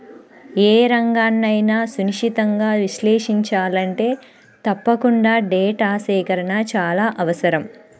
ఏ రంగన్నైనా సునిశితంగా విశ్లేషించాలంటే తప్పకుండా డేటా సేకరణ చాలా అవసరం